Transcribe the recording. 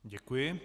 Děkuji.